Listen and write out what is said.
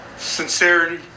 sincerity